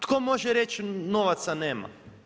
Tko može reći novaca nema?